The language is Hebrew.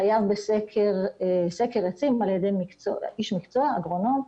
חייב בסקר עצים על ידי איש מקצוע, אגרונום.